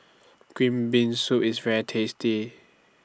Green Bean Soup IS very tasty